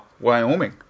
Wyoming